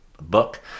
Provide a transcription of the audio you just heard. book